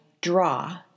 draw